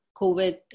COVID